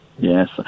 Yes